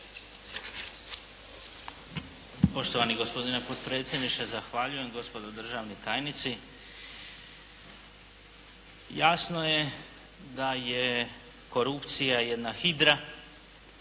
Poštovani gospodine potpredsjedniče, zahvaljujem, gospodo državni tajnici. Jasno je da je korupcija jedna hidra,